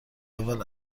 اول